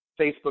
Facebook